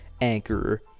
Anchor